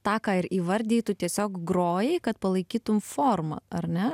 tą ką ir įvardiji tu tiesiog groji kad palaikytum formą ar ne